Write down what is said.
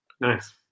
Nice